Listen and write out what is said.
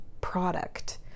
product